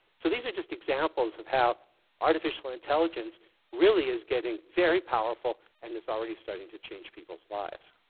so these are just examples of how artificial intelligence really is getting very powerful, and it's already starting to change people's lives.